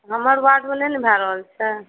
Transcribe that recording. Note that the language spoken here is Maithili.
हमर वार्डमे नहि ने भऽ रहल छै